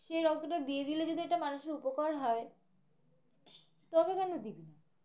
সেই রক্ত টা দিয়ে দিলে যদি এটা মানুষের উপকার হয় তবে কেন দিবি না